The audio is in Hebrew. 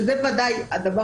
שזה ודאי הדבר